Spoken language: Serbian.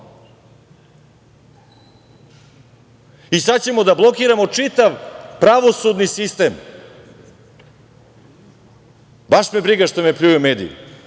i sad ćemo da blokiramo čitav pravosudni sistem. Baš me briga što me psuju mediji